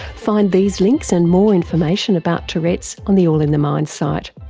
find these links and more information about tourette's on the all in the mind site.